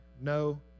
no